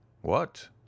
What